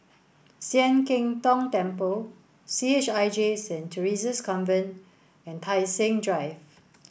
Sian Keng Tong Temple C H I J Saint Theresa's Convent and Tai Seng Drive